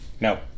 No